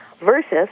versus